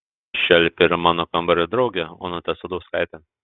šelpė ir mano kambario draugę onutę sadauskaitę